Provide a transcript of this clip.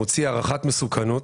הוא מוציא הערכת מסוכנות.